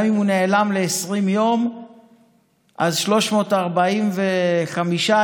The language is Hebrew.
גם אם הוא נעלם ל-20 יום אז ב-345 ימים